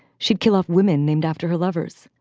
she'd kill off women named after her lovers.